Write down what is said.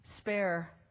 spare